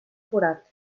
forat